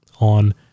on